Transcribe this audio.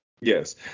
yes